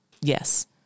Yes